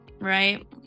right